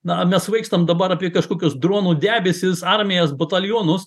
na mes svaigstam dabar apie kažkokius dronų debesis armijos batalionus